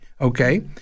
okay